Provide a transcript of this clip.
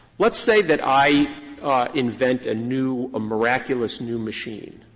let's say that i invent a new, miraculous new machine.